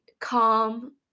calm